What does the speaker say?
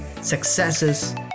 successes